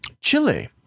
Chile